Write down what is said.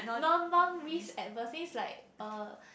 non non risk adverse says like uh